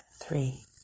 three